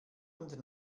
und